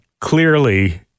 clearly